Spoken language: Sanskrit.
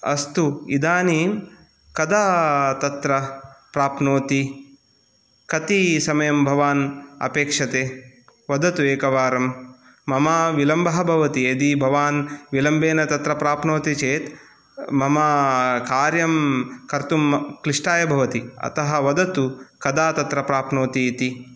अस्तु इदानीं कदा तत्र प्राप्नोति कति समयं भवान् अपेक्षते वदतु एकवारं मम विलम्बः भवति यदि भवान् विलम्बेन तत्र प्राप्नोति चेत् मम कार्यं कर्तुं क्लिष्टाय भवति अतः वदतु कदा तत्र प्राप्नोति इति